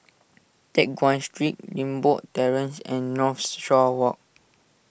Teck Guan Street Limbok Terrace and Northshore Walk